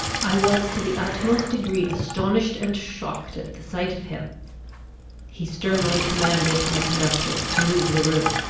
i was to the utmost degree astonished and shocked at the sight of him he sternly commanded my conductors to leave the room.